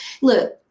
Look